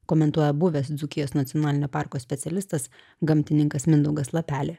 komentuoja buvęs dzūkijos nacionalinio parko specialistas gamtininkas mindaugas lapelė